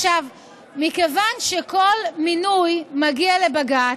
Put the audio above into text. מכיוון שכל מינוי מגיע לבג"ץ,